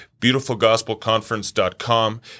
beautifulgospelconference.com